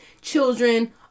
children